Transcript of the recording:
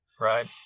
Right